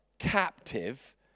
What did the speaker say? captive